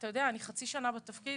אני חצי שנה בתפקיד.